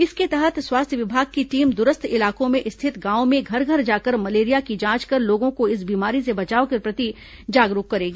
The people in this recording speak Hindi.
इसके तहत स्वास्थ्य विभाग की टीम दूरस्थ इलाकों में रिथित गांवों में घर घर जाकर मलेरिया की जांच कर लोगों को इस बीमारी से बचाव के प्रति जागरूक करेगी